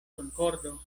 konkordo